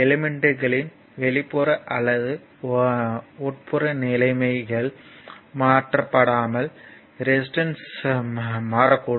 எலிமெண்ட்களின் வெளிப்புற அல்லது உட்புற நிலைமைகள் மாற்றப்பட்டால் ரெசிஸ்டன்ஸ் மாறக்கூடும்